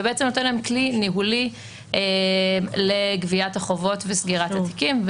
וזה נותן להם כלי ניהולי לגביית החובות וסגירת התיקים.